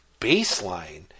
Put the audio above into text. baseline